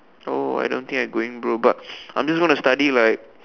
oh I don't think I'm going bro but I'm just gonna study like